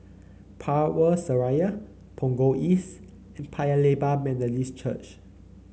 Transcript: Power Seraya Punggol East and Paya Lebar Methodist Church